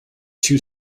two